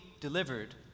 delivered